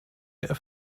der